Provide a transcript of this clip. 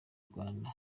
rwanda